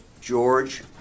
George